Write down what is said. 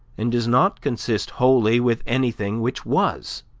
and does not consist wholly with anything which was.